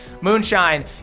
Moonshine